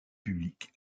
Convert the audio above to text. publique